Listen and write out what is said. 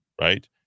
right